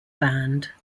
band